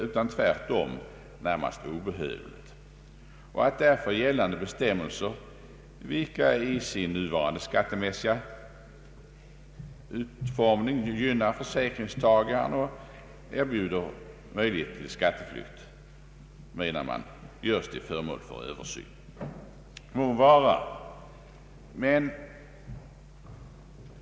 Utifrån denna utgångspunkt bör enligt utskottsmajoritetens mening gällande bestämmelser, vilka i sin nuvarande skattemässiga utformning gynnar försäkringstagaren och erbjuder möjligheter till skatteflykt, göras till föremål för översyn. Vad är då skatteflykt?